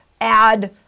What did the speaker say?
add